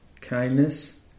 kindness